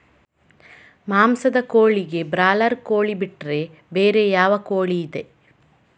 ಮಾಂಸದ ಕೋಳಿಗೆ ಬ್ರಾಲರ್ ಕೋಳಿ ಬಿಟ್ರೆ ಬೇರೆ ಯಾವ ಕೋಳಿಯಿದೆ?